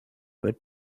would